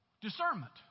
Discernment